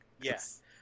Yes